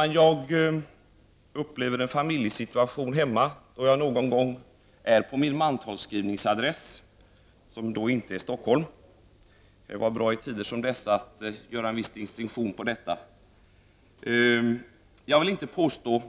Jag skall säga något om min familjesituation hemma, vid de tillfällen då jag någon gång är på min mantalsskrivningsadress, som inte är Stockholm -- det kan ju vara bra att i tider som dessa göra en viss distinktion i det sammanhanget. Jag vill inte påstå